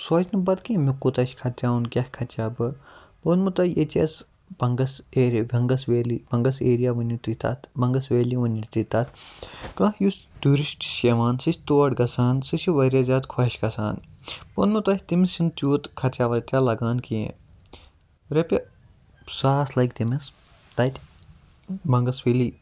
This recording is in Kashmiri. سُہ آسہِ نہٕ پَتہٕ کِہیٖنٛۍ مےٚ کوٗتاہ چھُ خَرچاوُن کیٛاہ خَرچاوٕ بہٕ بہٕ وَنو تۄہہِ ییٚتہِ چھِ اسہِ Bangus area Bangus valley Bangus area ؤنِو تُہۍ تتھ بَنٛگَس ویلی ؤنِو تُہۍ تتھ کانٛہہ یُس ٹوٗرِسٹہٕ یِوان چھِ اسہِ تور گَژھان سُہ چھُ واریاہ زیاد خۄش گَژھان بہٕ وَنو تۄہہِ تٔمِس چھُنہٕ تیٛوٗت خَرچاہ وَرچاہ لَگان کیٚنٛہہ رۄپیہِ ساس لَگہِ تٔمِس تَتہٕ بَنٛگَس ویلی